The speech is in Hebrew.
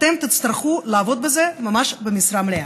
אתם תצטרכו לעבוד בזה ממש במשרה מלאה.